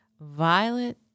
Violet